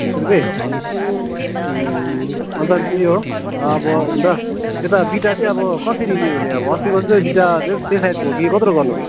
बिस रुपियाँ अन्त उयो अब हुँदा यता बिटा चाहिँ अब कसरी लिनुहुने अस्तिको जस्तै बिटा त्यो साइजको हो कि कत्रो गर्नु हो